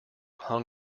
hung